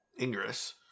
Ingress